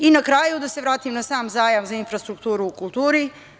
Na kraju da se vratim i na sam zajam za infrastrukturu u kulturi.